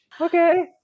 Okay